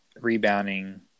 rebounding